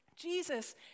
Jesus